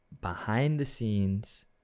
behind-the-scenes